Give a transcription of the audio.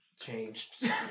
Changed